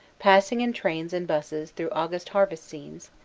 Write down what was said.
pass ing in trains and busses through august harvest scenes,